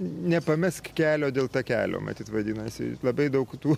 nepamesk kelio dėl takelio matyt vadinasi labai daug tų